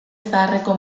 zaharreko